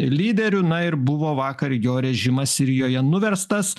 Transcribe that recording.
lyderiu na ir buvo vakar jo režimas sirijoje nuverstas